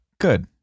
Good